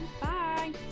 Bye